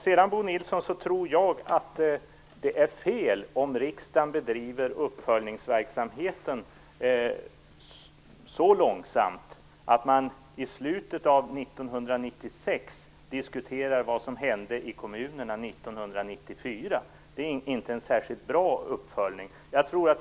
Sedan, Bo Nilsson, tror jag att det är fel om riksdagen bedriver uppföljningsverksamheten så långsamt att man i slutet av 1996 diskuterar vad som hände i kommunerna 1994. Det är inte en särskilt bra uppföljning.